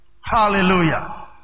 Hallelujah